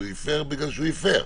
הוא הפר בגלל שהוא הפר,